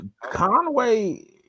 Conway